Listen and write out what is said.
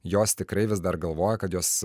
jos tikrai vis dar galvoja kad jos